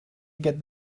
get